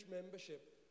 membership